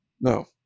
No